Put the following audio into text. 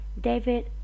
David